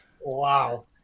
wow